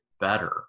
better